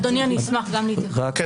אדוני, אני אשמח גם להתייחס.